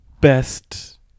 best